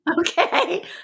okay